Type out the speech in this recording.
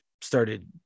started